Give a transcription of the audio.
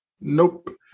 nope